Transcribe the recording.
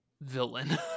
villain